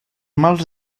mals